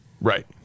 Right